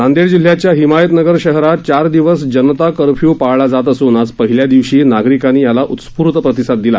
नांदेड जिल्ह्य़ाच्या हिमायतनगर शहरात चार दिवस जनता कर्फ्यू पाळला जात असून आज पहिल्या दिवशी याला नागरिकांनी उत्स्फूर्त प्रतिसाद दिला